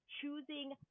choosing